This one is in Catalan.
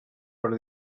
per